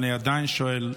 אני עדיין שואל,